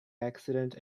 accident